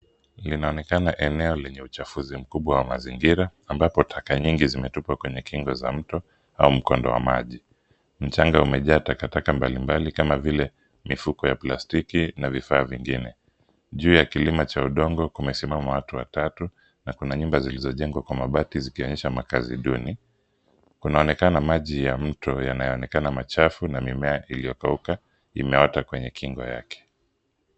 Linaonekana eneo lenye uchafuzi mkubwa wa mazingira ambapo taka nyingi zimetupwa kwenye kingo za mto au mkondo wa maji. Mchanga umejaa takataka mbalimbali kama vile mifuko ya plastiki na vifaa vingine. Juu ya kilima cha udongo kumesimama watu watatu na kuna nyumba zilizojengwa kwa mabati zikionyesha makaazi duni. Kunaonekana maji ya mto yanayoonekana machafu na mimea iliyokauka imeota kwenye kingo yake.